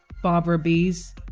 barbara beese,